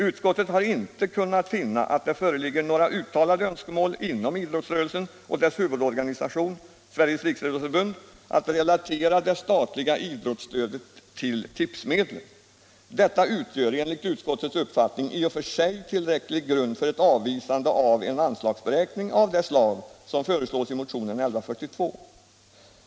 Utskottet har inte kunnat finna att det föreligger några uttalade önskemål inom idrottsrörelsen och dess huvudorganisation, Sveriges riksidrottsförbund, att relatera det statliga idrottsstödet till tipsmedlen. Detta utgör enligt utskottets uppfattning i och för sig tillräcklig grund för ett avvisande av en anslagsberäkning av det slag som föreslås i motionen 1142.